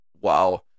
wow